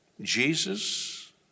Jesus